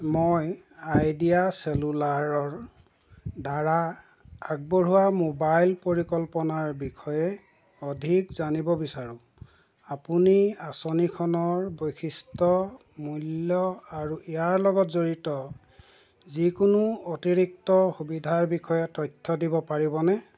মই আইডিয়া চেলুলাৰৰদ্বাৰা আগবঢ়োৱা মোবাইল পৰিকল্পনাৰ বিষয়ে অধিক জানিব বিচাৰোঁ আপুনি আঁচনিখনৰ বৈশিষ্ট্য মূল্য আৰু ইয়াৰ লগত জড়িত যিকোনো অতিৰিক্ত সুবিধাৰ বিষয়ে তথ্য দিব পাৰিবনে